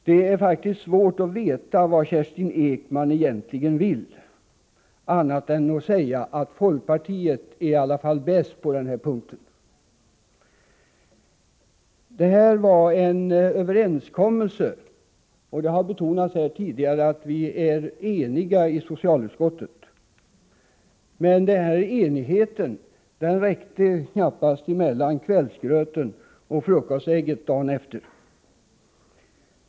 Det är faktiskt svårt att veta vad Kerstin Ekman egentligen vill — annat än att säga att folkpartiet i alla fall är bäst på den här punkten. Det var fråga om en överenskommelse, och det har betonats här tidigare att vi är eniga i socialutskottet. Men denna enighet räckte knappast från kvällsgröten till frukostägget dagen efter.